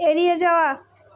এড়িয়ে যাওয়া